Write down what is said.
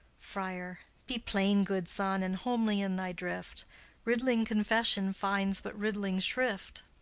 friar. be plain, good son, and homely in thy drift riddling confession finds but riddling shrift.